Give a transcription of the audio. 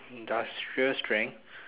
industrial strength